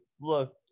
look